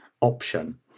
option